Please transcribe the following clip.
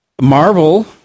Marvel